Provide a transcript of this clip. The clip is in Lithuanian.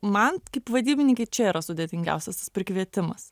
man kaip vadybininkei čia yra sudėtingiausias prikvietimas